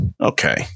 Okay